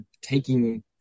taking